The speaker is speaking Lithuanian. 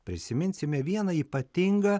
prisiminsime vieną ypatingą